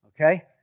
okay